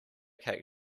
cake